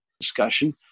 discussion